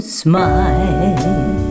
smile